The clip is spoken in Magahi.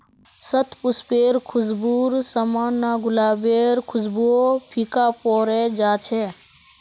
शतपुष्पेर खुशबूर साम न गुलाबेर खुशबूओ फीका पोरे जा छ